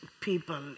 people